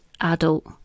adult